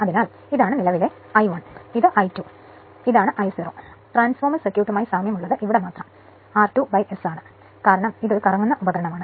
അതിനാൽ ഇതാണ് നിലവിലെ I1 ഇത് നിലവിലെ I2 ഇതാണ് I 0 ട്രാൻസ്ഫോർമർ സർക്യൂട്ടുമായി സാമ്യമുള്ളത് ഇവിടെ മാത്രം r2 by S ആണ് കാരണം ഇതൊരു കറങ്ങുന്ന ഉപകരണമാണ്